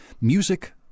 music